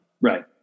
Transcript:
Right